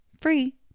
free